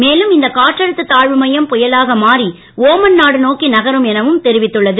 மேலும் இந்த காற்றழுத்த தாழ்வுமையம் புயலாக மாறி ஓமன் நாடு நோக்கி நகரும் என தெரிவித்துள்ளது